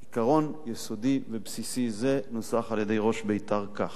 עיקרון יסודי ובסיסי זה נוסח על-ידי ראש בית"ר כך: